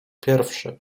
pierwszy